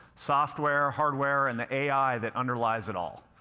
software, hardware, and the ai that underlies it all.